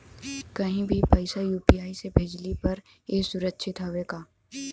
कहि भी पैसा यू.पी.आई से भेजली पर ए सुरक्षित हवे का?